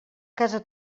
casa